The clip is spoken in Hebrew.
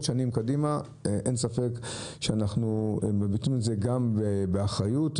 שנים קדימה אין ספק שאנחנו מביטים על זה גם באחריות,